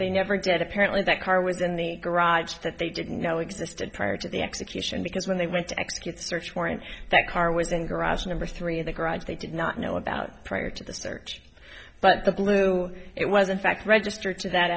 they never did apparently that car was in the garage that they didn't know existed prior to the execution because when they went to execute search warrant that car was in garage number three the garage they did not know about prior to the search but the blue it was in fact registered to that